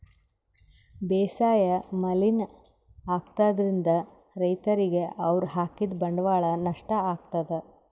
ಬೇಸಾಯ್ ಮಲಿನ್ ಆಗ್ತದ್ರಿನ್ದ್ ರೈತರಿಗ್ ಅವ್ರ್ ಹಾಕಿದ್ ಬಂಡವಾಳ್ ನಷ್ಟ್ ಆಗ್ತದಾ